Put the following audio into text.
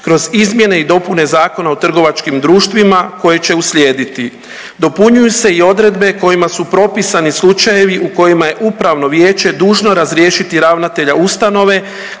kroz izmjene i dopune Zakona o trgovačkim društvima koje će uslijediti. Dopunjuju se i odredbe kojima su propisani slučajevi u kojima je upravno vijeće dužno razriješiti ravnatelja ustanove